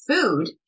Food